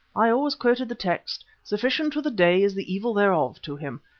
i always quoted the text sufficient to the day is the evil thereof to him,